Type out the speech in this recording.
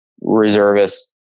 reservists